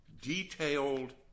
detailed